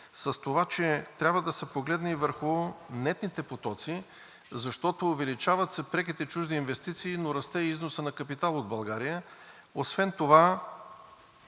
с това, че трябва да се погледне и върху нетните потоци, защото увеличават се преките чужди инвестиции, но расте и износът на капитал от България. Освен това